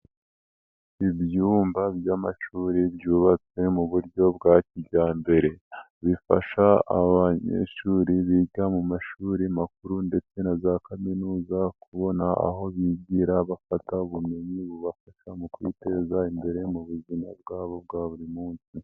Ibyumba by'amashuri byubatswe mu buryo bwa kijyambere, bifasha abanyeshuri biga mu mashuri makuru ndetse na za kaminuza kubona aho bigira bafata ubumenyi bubafasha mu kwiteza imbere mu buzima bwabo bwa buri munsi.